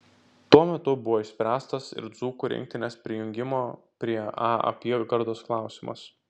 tuo metu buvo išspręstas ir dzūkų rinktinės prijungimo prie a apygardos klausimas